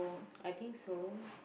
I think so